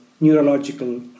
neurological